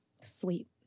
Sleep